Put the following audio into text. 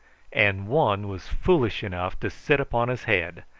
and one was foolish enough to sit upon his head,